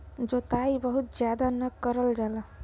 जोताई बहुत जादा ना करल जाला